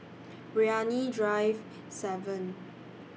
Brani Drive seven